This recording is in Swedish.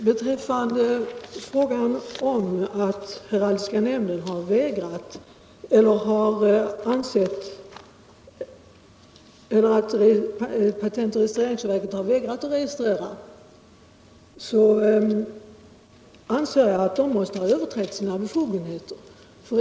Herr talman! Beträffande patent och registreringsverkets vägran att registrera anser jag att verket måste ha överträtt sina befogenheter.